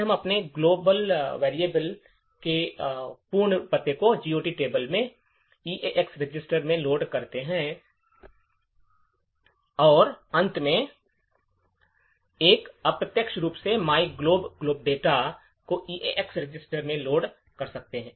फिर हम अपने ग्लोब ग्लोबल वैरिएबल के पूर्ण पते को GOT टेबल से EAX रजिस्टर में लोड करते हैं और अंत में हम अप्रत्यक्ष रूप से myglob ग्लोबल डेटा को EAX रजिस्टर में लोड कर सकते हैं